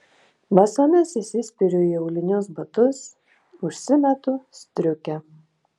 basomis įsispiriu į aulinius batus užsimetu striukę